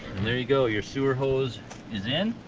and there you go, your sewer hose is in,